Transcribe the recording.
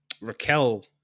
Raquel